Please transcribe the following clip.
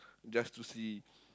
just to see